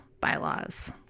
bylaws